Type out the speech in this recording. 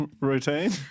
routine